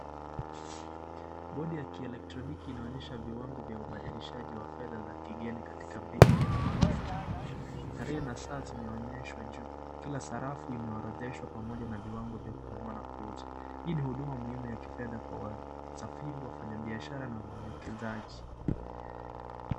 Bodi ya kielektroniki inaonyesha viwango vya ubadilishaji wa fedha za kigeni katika banki ya Oriental. Tarehe na saa zinaonyeshwa juu kila sarafu imeorodheshwa pamoja na viiwango vya kununua na kuuza. Hii ni huduma ya muhimu ya kifedha kwa wasafiri na waekezaji.